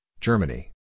Germany